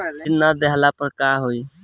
ऋण नही दहला पर का होइ?